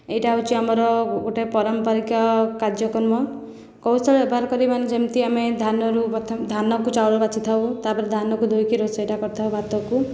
ଏହିଟା ହେଉଛି ଆମର ଗୋଟିଏ ପାରମ୍ପାରିକ କାର୍ଯ୍ୟକ୍ରମ କୌଶଳ ବ୍ୟବହାର କରି ମାନେ ଯେମିତି ଆମେ ଧାନରୁ ପ୍ରଥମେ ଧାନକୁ ଚାଉଳ ବାଛିଥାଉ ତା'ପରେ ଧାନକୁ ଧୋଇକି ରୋଷେଇଟା କରିଥାଉ ଭାତକୁ